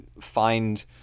find